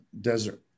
desert